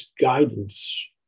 guidance